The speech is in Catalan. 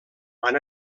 van